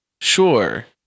sure